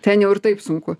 ten jau ir taip sunku